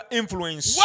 influence